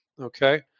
Okay